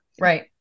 Right